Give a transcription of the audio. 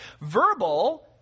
Verbal